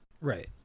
right